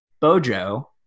Bojo